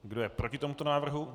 Kdo je proti tomuto návrhu?